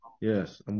Yes